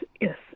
yes